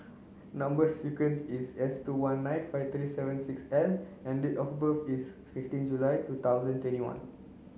number sequence is S two one nine five three seven six L and date of birth is fifteen July two thousand and twenty one